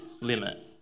limit